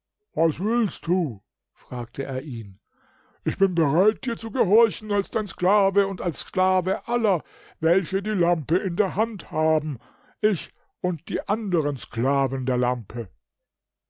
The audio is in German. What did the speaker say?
was willst du fragte er ihn ich bin bereit dir zu gehorchen als dein sklave und als sklave aller welche die lampe in der hand haben ich und die anderen sklaven der lampe